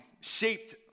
shaped